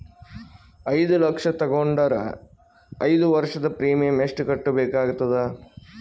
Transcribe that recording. ಐದು ಲಕ್ಷ ತಗೊಂಡರ ಐದು ವರ್ಷದ ಪ್ರೀಮಿಯಂ ಎಷ್ಟು ಕಟ್ಟಬೇಕಾಗತದ?